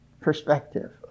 perspective